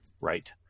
right